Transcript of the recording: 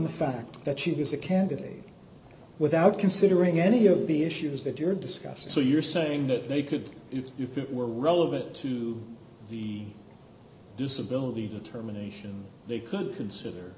the fact that she was a candidate without considering any of the issues that you're discussing so you're saying that they could if it were relevant to the disability determination they could